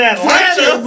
Atlanta